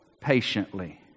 patiently